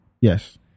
yes